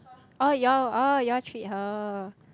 oh you all oh you all treat her